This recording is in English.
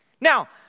Now